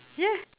yeah